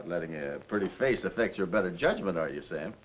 letting a pretty face affect your better judgment, are you, sam?